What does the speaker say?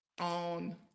on